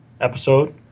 episode